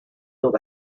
build